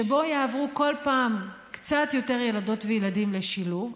שבו יעברו כל פעם קצת יותר ילדות וילדים לשילוב,